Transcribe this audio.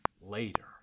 later